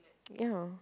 ya